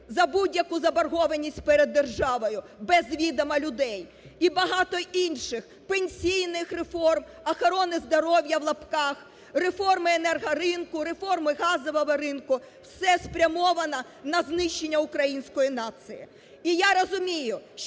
за будь-яку заборгованість перед державою без відома людей. І багато інших – пенсійних реформ, "охорони здоров'я" (в лапках), реформи енергоринку, реформи газового ринку – все спрямовано на знищення української нації. І я розумію,